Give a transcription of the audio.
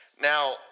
Now